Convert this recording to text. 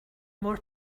more